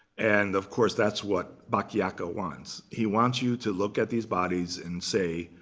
and of course that's what bacchiacca wants. he wants you to look at these bodies, and say,